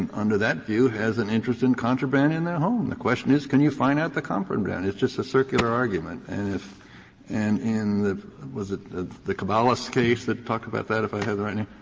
um under that view has an interest in contraband in their home. the question is, can you find out the contraband? it's just a circular argument. and if and in the was it the caballes case that talked about that, if i have the right name?